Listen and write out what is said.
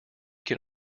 can